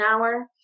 hour